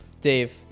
Dave